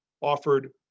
offered